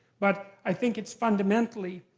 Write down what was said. but i think it's fundamentally.